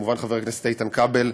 וכמובן חבר הכנסת איתן כבל,